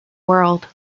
world